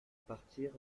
partir